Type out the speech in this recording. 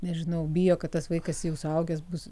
nežinau bijo kad tas vaikas jau suaugęs bus